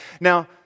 Now